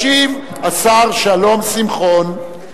ישיב השר שלום שמחון.